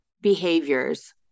behaviors